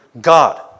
God